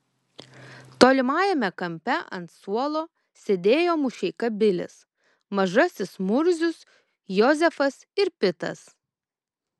tolimajame kampe ant suolo sėdėjo mušeika bilis mažasis murzius jozefas ir pitas